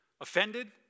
offended